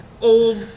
old